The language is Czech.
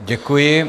Děkuji.